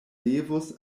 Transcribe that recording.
devus